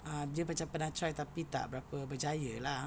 ah dia macam pernah try tapi tak berapa berjaya lah